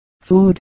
food